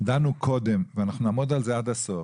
דנו קודם ואנחנו נעמוד על זה עד הסוף,